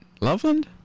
Loveland